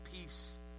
peace